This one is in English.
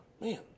Man